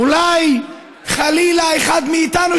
אולי חלילה אחד מאיתנו,